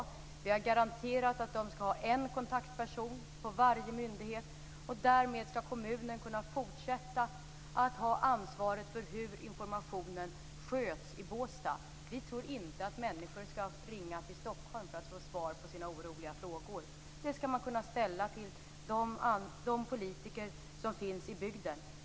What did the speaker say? Regeringen har garanterat att gruppen skall ha en kontaktperson vid varje myndighet. Därmed skall kommunen kunna fortsätta att ha ansvaret för hur informationen sköts i Båstad. Vi tror inte på att människor skall behöva vända sig till Stockholm för att få svar på sina oroliga frågor. Dessa skall man kunna ställa till de politiker som finns i bygden.